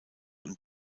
und